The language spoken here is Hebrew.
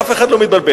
אף אחד לא מתבלבל.